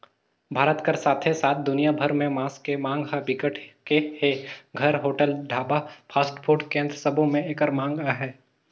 भारत कर साथे साथ दुनिया भर में मांस के मांग ह बिकट के हे, घर, होटल, ढाबा, फास्टफूड केन्द्र सबो में एकर मांग अहे